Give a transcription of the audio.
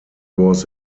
was